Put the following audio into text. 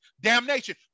damnation